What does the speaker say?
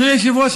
אדוני היושב-ראש,